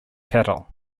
cattle